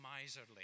miserly